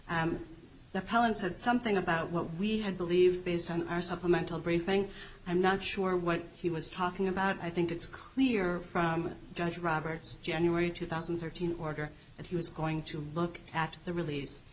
said something about what we had believed based on our supplemental briefing i'm not sure what he was talking about i think it's clear from judge roberts january two thousand and thirteen order that he was going to look at the release